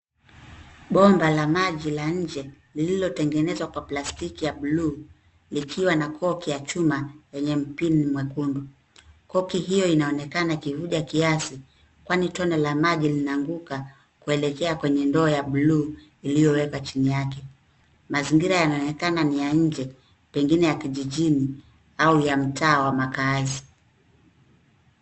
Bomba la maji la nje lililotengenezwa kwa plastiki ya buluu likiwa na koki ya chuma lenye mpini mwekundu. Koki hiyo inaonekana ikivuja kiasi kwani tone la maji linaanguka kwelekea kwenye ndoo ya buluu iliyowekwa chini yake. Mazingira yanaonekana ni ya nje ,pengine ya kijijini au ya mtaa wa makaazi.